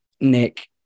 Nick